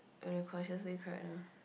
if the question say correct lah